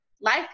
life